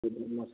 ଦିଦି ନମସ୍କାର